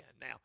now